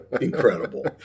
incredible